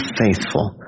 faithful